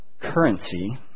currency